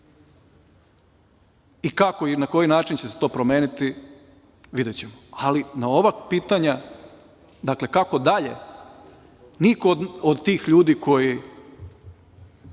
i kako i na koji način će se to promeniti – videćemo. Ali, na ova pitanja, dakle, kako dalje, niko od tih ljudi koji